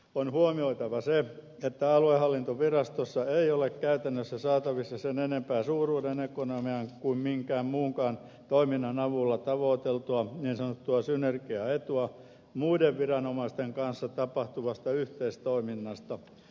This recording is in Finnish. on huomioitava se että aluehallintovirastossa ei ole käytännössä saatavissa sen enempää suuruuden ekonomian kuin minkään muunkaan toiminnan avulla tavoiteltua niin sanottua synergiaetua muiden viranomaisten kanssa tapahtuvasta yhteistoiminnasta